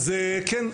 אז כן,